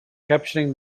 capturing